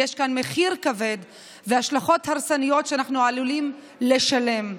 ויש כאן מחיר כבד והשלכות הרסניות שאנחנו עלולים לשלם.